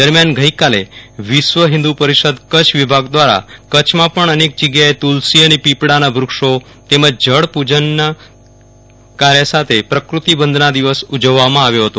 દરમિથાન ગઈકાલે વિશ્વ હિંદુ પરિષદ કચ્છ વિભાગ દ્વારા કચ્છમાં પણ અનેક જગ્યાએ તુલસી અને પીપડાના વૃક્ષો તેમજ જળપૂજન સાથે પ્રકૃતિ વંદના દિવસ ઉજવવામાં આવ્યો હતો